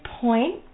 point